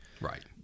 Right